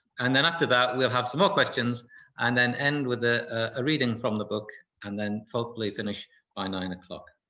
and then after that we'll have some more ah questions and then end with a ah reading from the book and then hopefully finish by nine o'clock,